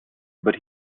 but